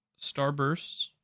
Starbursts